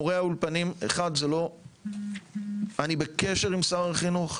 מורי האולפנים, אני בקשר עם שר החינוך,